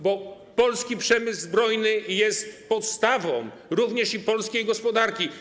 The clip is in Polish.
Bo polski przemysł zbrojeniowy jest podstawą również polskiej gospodarki.